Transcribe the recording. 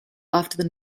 after